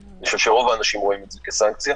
אני חושב שרוב האנשים רואים את זה כסנקציה